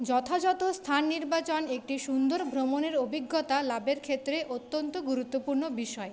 যথাযথ স্থান নির্বাচন একটি সুন্দর ভ্রমণের অভিজ্ঞতা লাভের ক্ষেত্রে অত্যন্ত গুরুত্বপূর্ণ বিষয়